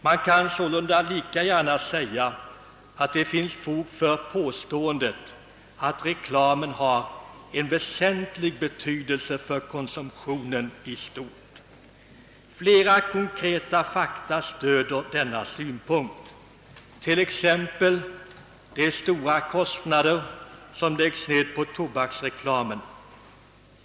Man kan sålunda lika gärna säga, att det finns fog för påståendet, att reklamen har en väsentlig betydelse för konsumtionen i stort. Flera konkreta fakta stöder denna synpunkt, t.ex. de stora kostnader som läggs ned på tobaksreklamen.